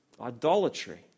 idolatry